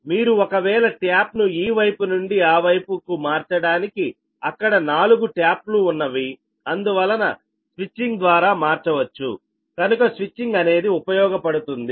మీరు ఒకవేళ ట్యాప్ ను ఈ వైపు నుంచి ఆ వైపుకు మార్చడానికి అక్కడ నాలుగు ట్యాప్ లు ఉన్నవి అందువలన స్విచ్చింగ్ ద్వారా మార్చవచ్చుకనుక స్విచ్చింగ్ అనేది ఉపయోగపడుతుంది